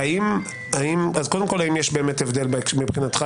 אז קודם כול, האם יש באמת הבדל מבחינתך?